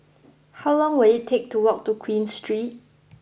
how long will it take to walk to Queen Street